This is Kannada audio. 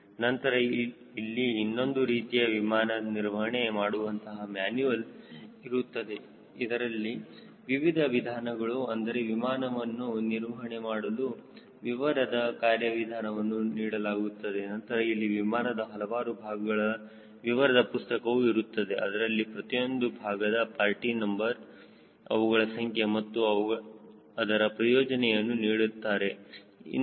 ನಂತರ ಇಲ್ಲಿ ಇನ್ನೊಂದು ರೀತಿಯ ವಿಮಾನವನ್ನು ನಿರ್ವಹಣೆ ಮಾಡುವಂತಹ ಮ್ಯಾನುಯೆಲ್ ಇರುತ್ತದೆ ಇದರಲ್ಲಿ ವಿವಿಧ ವಿಧಾನಗಳು ಅಂದರೆ ವಿಮಾನವನ್ನು ನಿರ್ವಹಣೆ ಮಾಡಲು ವಿವರದಲ್ಲಿ ಕಾರ್ಯವಿಧಾನವನ್ನು ನೀಡಲಾಗುತ್ತದೆ ನಂತರ ಇಲ್ಲಿ ವಿಮಾನದ ಹಲವಾರು ಭಾಗಗಳ ವಿವರದ ಪುಸ್ತಕವು ಇರುತ್ತದೆ ಅದರಲ್ಲಿ ಪ್ರತಿಯೊಂದು ಭಾಗದ ಪಾರ್ಟ್ ನಂಬರ್ ಅವುಗಳ ಸಂಖ್ಯೆ ಮತ್ತು ಅದರ ಪ್ರಯೋಜನವನ್ನು ನೀಡಿರುತ್ತಾರೆ